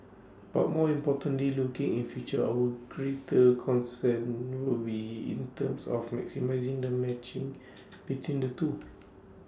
but more importantly looking in future our greater concern will be in terms of maximising the matching between the two